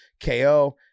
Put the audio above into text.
ko